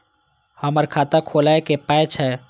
हमर खाता खौलैक पाय छै